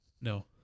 No